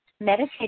Meditate